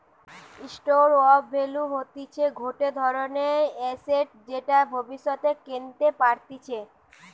store of value হতিছে গটে ধরণের এসেট যেটা ভব্যিষতে কেনতে পারতিছে